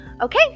Okay